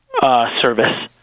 service